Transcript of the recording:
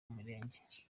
birenge